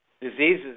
diseases